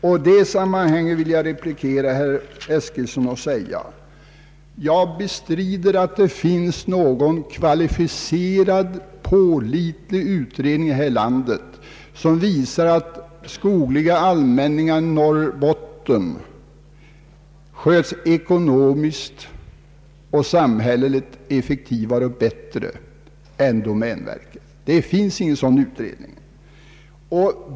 I det sammanhanget vill jag replikera herr Eskilsson och anföra att jag bestrider att det finns någon kvalificerad pålitlig utredning här i landet som visar att skogliga allmänningar i Norrbotten sköts ekonomiskt och samhälleligt bättre och mer effektivt än domänverkets skogar. Det finns ingen sådan utredning!